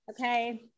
Okay